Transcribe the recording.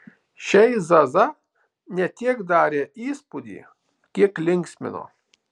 šiai zaza ne tiek darė įspūdį kiek linksmino